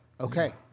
Okay